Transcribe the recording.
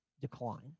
decline